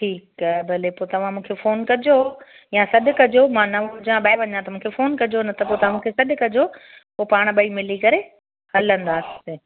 ठीकु आहे भले पोइ तव्हां मूंखे फ़ोन कजो या सॾु कजो मां न हुजां ॿाहिरि वञा त मूंखे फ़ोन कजो न त पोइ तव्हां मूंखे सॾु कजो पोइ पाण ॿई मिली करे हलंदासीं